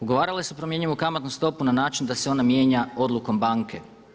Ugovarale su promjenjivu kamatnu stopu na način da se ona mijenja odlukom banke.